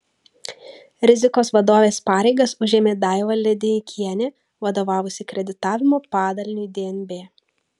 rizikos vadovės pareigas užėmė daiva lideikienė vadovavusi kreditavimo padaliniui dnb